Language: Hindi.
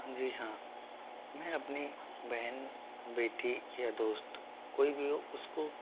जी हाँ मैं अपनी बहन बेटी या दोस्त कोई भी हो उसको